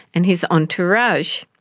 and his entourage.